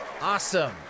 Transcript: Awesome